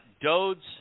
Dode's